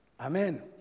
Amen